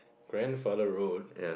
grandfather road